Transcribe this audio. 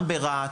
גם ברהט,